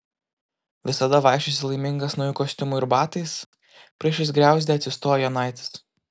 visada vaikščiosi laimingas nauju kostiumu ir batais priešais griauzdę atsistojo jonaitis